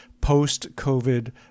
post-COVID